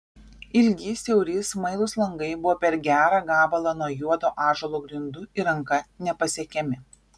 ilgi siauri smailūs langai buvo per gerą gabalą nuo juodo ąžuolo grindų ir ranka nepasiekiami